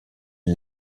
les